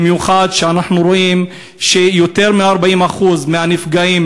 במיוחד שאנחנו רואים שיותר מ-40% מהנפגעים,